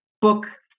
book